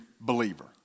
believer